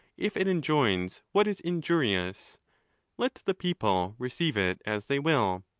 if it enjoins what is in jurious, let the people receive it as they will.